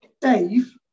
Dave